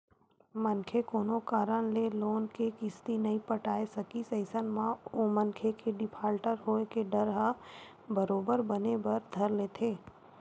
मनखे कोनो कारन ले लोन के किस्ती नइ पटाय सकिस अइसन म ओ मनखे के डिफाल्टर होय के डर ह बरोबर बने बर धर लेथे